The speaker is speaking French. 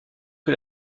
que